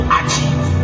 achieve